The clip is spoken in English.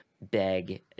beg